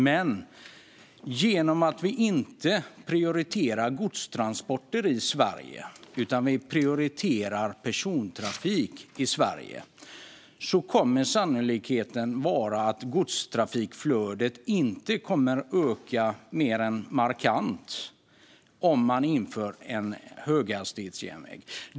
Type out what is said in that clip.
Men genom att vi inte prioriterar godstransporter i Sverige utan persontrafik kommer sannolikheten att vara att godstrafikflödet inte kommer att öka mer än marginellt om man inför en höghastighetsjärnväg.